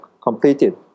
completed